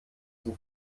zum